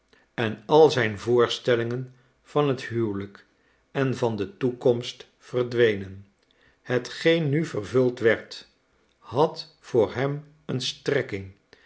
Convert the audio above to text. en al zijn voorstellingen van het huwelijk en van de toekomst verdwenen hetgeen nu vervuld werd had voor hem een strekking